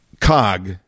cog